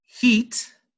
Heat